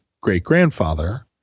great-grandfather